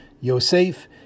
Yosef